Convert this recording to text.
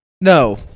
No